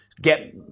get